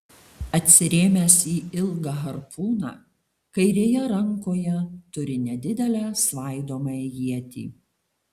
atsirėmęs į ilgą harpūną kairėje rankoje turi nedidelę svaidomąją ietį